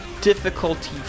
difficulty